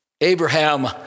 Abraham